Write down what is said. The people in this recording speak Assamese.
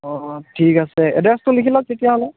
অঁ অঁ ঠিক আছে এড্ৰেছটো লিখি লওক তেতিয়াহ'লে